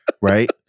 right